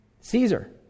Caesar